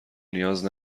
نیاز